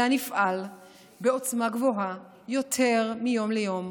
אלא נפעל בעוצמה גבוהה יותר מיום ליום.